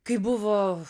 kai buvo